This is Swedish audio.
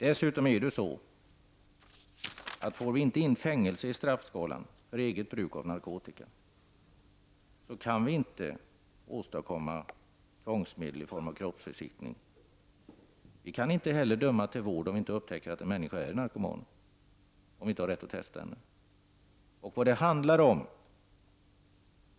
Dessutom är det så att om vi inte får in fängelsestraffet i straffskala för eget bruk av narkotika, så kan vi inte införa tvångsmedel i form av kroppsbesiktning. Vi kan inte heller döma till vård om vi inte upptäcker att en människa är narkoman. Vi har ingen rätt att testa henne.